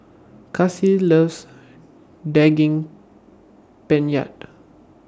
Kassie loves Daging Penyet